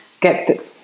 get